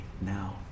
now